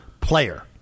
player